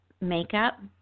makeup